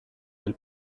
del